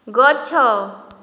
ଗଛ